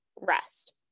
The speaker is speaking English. rest